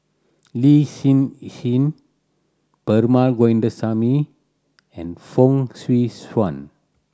Lin Hsin Hsin Perumal Govindaswamy and Fong Swee Suan